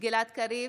גלעד קריב,